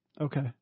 Okay